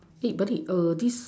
eh buddy err this